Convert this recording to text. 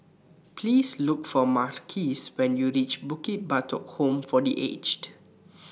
Please Look For Marquis when YOU REACH Bukit Batok Home For The Aged